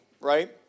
right